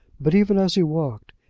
but even as he walked,